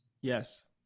Yes